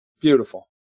beautiful